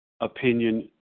opinion